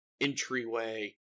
entryway